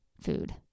food